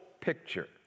picture